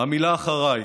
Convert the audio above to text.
המילה "אחריי".